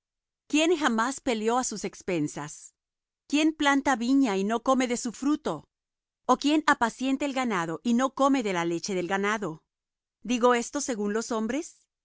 quién jamás peleó á sus expensas quién planta viña y no come de su fruto ó quién apacienta el ganado y no come de la leche del ganado digo esto según los hombres